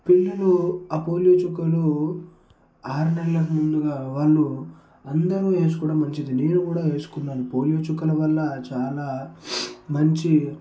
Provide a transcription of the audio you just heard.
పిల్లలు ఆ పోలియో చుక్కలు ఆరు నెలలకు ముందుగా వాళ్ళు అందరూ వేసుకోవడం మంచిది నేను కూడా వేసుకున్నాను పోలియో చుక్కల వల్ల చాలా మంచి